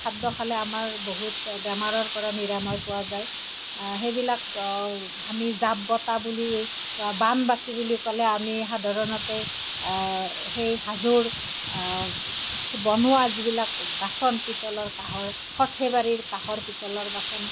খাদ্য খালে আমাৰ বহুত বেমাৰৰ পৰা নিৰাময় পোৱা যায় সেইবিলাক আমি জাপ বঁটা বুলিও বা বান বাতি ক'লে আমি সাধাৰণতে সেই হাজোৰ বনোৱা যিবিলাক বাচন পিতলৰ কাঁহৰ সৰ্থেবাৰীৰ কাঁহৰ পিতলৰ বাচন